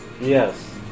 Yes